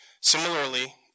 Similarly